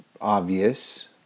obvious